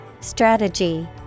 Strategy